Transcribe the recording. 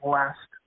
last